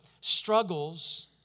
Struggles